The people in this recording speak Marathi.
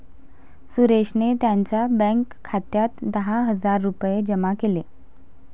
सुरेशने त्यांच्या बँक खात्यात दहा हजार रुपये जमा केले